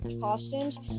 Costumes